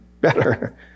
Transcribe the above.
better